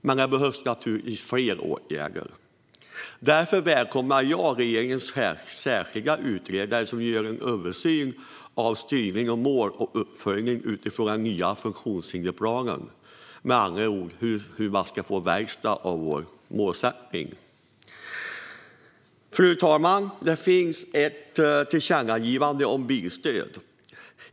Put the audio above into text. Men naturligtvis behövs det fler åtgärder, och därför välkomnar jag att regeringens särskilda utredare gör en översyn av styrning, mål och uppföljning utifrån den nya funktionshindersplanen - med andra ord hur det ska bli verkstad av vår målsättning. Fru talman! Det finns ett tillkännagivande om bilstöd.